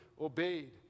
obeyed